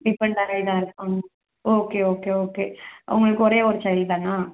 டிஃபெண்ட்டாகவே தான் இருப்பாங்க okay okay okay உங்களுக்கு ஒரே ஒரு சைல்ட் தானா